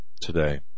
today